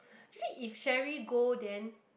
she said if Cherry go then